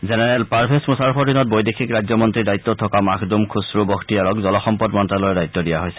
general Pervez মুশ্বাৰফৰ দিনত বৈদেশিক ৰাজ্যমন্ত্ৰীৰ দায়িত্বত থকা মাখদুম খুছৰু বখতিয়াৰক জলসম্পদ মন্ত্যালয়ৰ দায়িত্ব দিয়া হৈছে